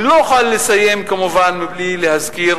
אני לא אוכל לסיים כמובן בלי להזכיר